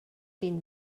been